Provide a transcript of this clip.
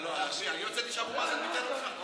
חזן,